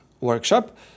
workshop